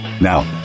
Now